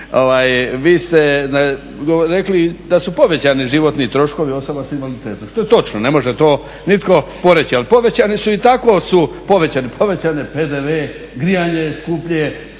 vi ste rekli da su povećani životni troškovi osoba sa invaliditetom, što je točno, ne može to nitko poreći ali povećani su, i tako su povećani. Povećan je PDV, grijanje je skuplje, struja,